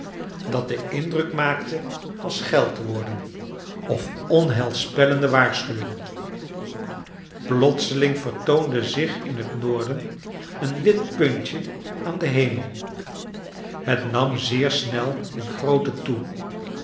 dat den indruk maakte van scheldwoorden of onheilspellende waarschuwingen plotseling vertoonde zich in het noorden een wit puntje aan den hemel het nam zeer snel in grootte toe